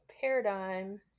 paradigm